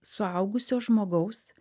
suaugusio žmogaus